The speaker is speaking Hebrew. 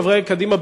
חברי קדימה,